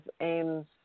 aims